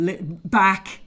back